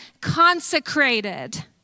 consecrated